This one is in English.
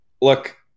look